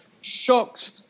shocked